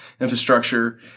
infrastructure